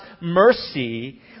mercy